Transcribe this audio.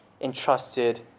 entrusted